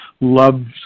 loves